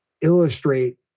illustrate